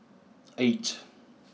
eight